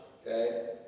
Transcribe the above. okay